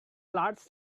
large